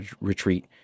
retreat